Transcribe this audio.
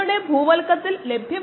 75 kilogram ആയി മാറുന്നു